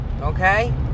Okay